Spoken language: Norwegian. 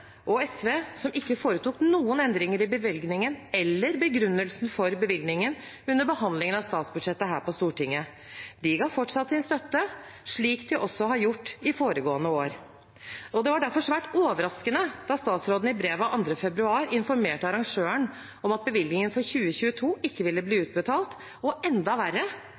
og SV, som ikke foretok noen endringer i bevilgningen eller begrunnelsen for bevilgningen under behandlingen av statsbudsjettet her på Stortinget. De ga fortsatt sin støtte, slik de også har gjort i foregående år. Det var derfor svært overraskende da statsråden i brev av 2. februar informerte arrangøren om at bevilgningen for 2022 ikke ville bli utbetalt, og enda verre